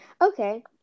okay